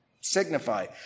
signify